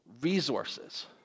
resources